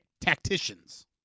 tacticians